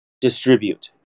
distribute